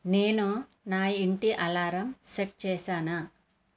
నేను నా ఇంటి అలారం సెట్ చేశానా